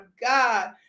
god